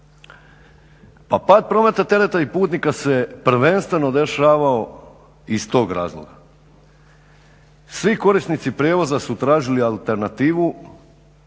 Pa pad prometa tereta i putnika se prvenstveno dešavao iz tog razloga. Svi korisnici prijevoza su tražili alternativu,